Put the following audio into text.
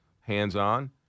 hands-on